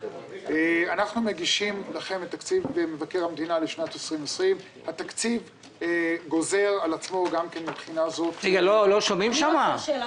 אנחנו מגישים לכם את תקציב מבקר המדינה לשנת 20/20. התקציב גוזר על עצמו גם כן מבחינה זאת --- אני רוצה שאלה.